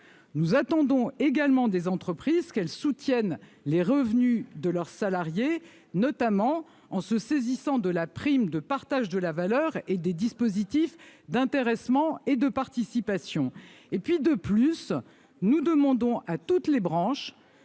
Nous attendons également des entreprises qu'elles soutiennent les revenus de leurs salariés, notamment en se saisissant de la prime de partage de la valeur et des dispositifs d'intéressement et de participation. Enfin, nous demandons à toutes les branches